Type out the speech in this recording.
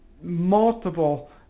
multiple